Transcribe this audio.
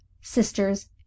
sisters